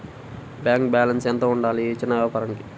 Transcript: Bank balance ఎంత ఉండాలి చిన్న వ్యాపారానికి?